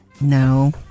No